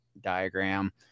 diagram